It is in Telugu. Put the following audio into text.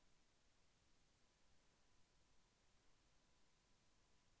అర్.టీ.జీ.ఎస్ వలన ఉపయోగం ఏమిటీ?